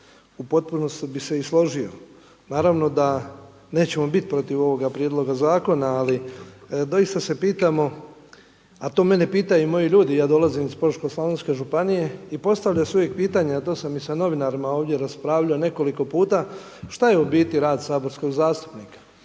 u potpunosti bih se i složio. Naravno da nećemo biti protiv ovoga prijedloga zakona ali doista se pitamo a to mene pitaju i moji ljudi, ja dolazim iz Požesko-slavonske županije i postavlja se uvijek pitanje a to sam i sa novinarima ovdje raspravljao nekoliko puta šta je u biti rad saborskog zastupnika.